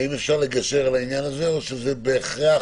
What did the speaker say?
האם אפשר לגשר על העניין הזה, או שזה בהכרח